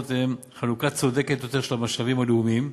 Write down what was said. הם חלוקה צודקת יותר של המשאבים הלאומיים,